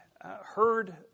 heard